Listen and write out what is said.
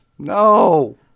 No